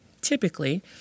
typically